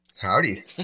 Howdy